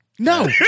No